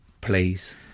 Please